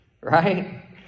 Right